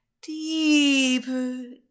deeper